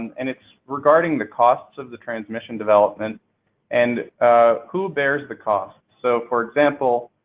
and it's regarding the costs of the transmission development and who bears the cost. so, for example,